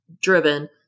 driven